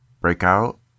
Breakout